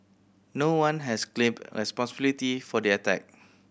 no one has claimed responsibility for the attack